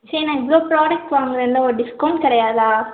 சரி நான் இவ்வளோ ப்ராடக்ட்ஸ் வாங்குகிறேன்ல ஒரு டிஸ்கௌண்ட் கிடையாதா